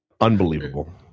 Unbelievable